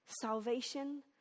Salvation